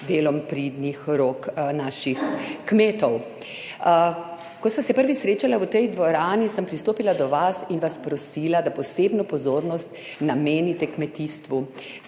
delom pridnih rok naših kmetov. Ko sva se prvič srečala v tej dvorani, sem pristopila do vas in vas prosila, da posebno pozornost namenite kmetijstvu.